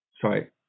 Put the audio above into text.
sorry